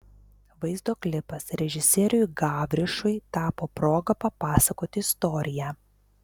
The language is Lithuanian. vaizdo klipas režisieriui gavrišui tapo proga papasakoti istoriją